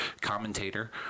commentator